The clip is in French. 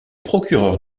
procureur